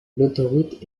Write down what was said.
l’autoroute